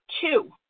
two